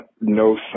no